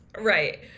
Right